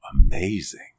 amazing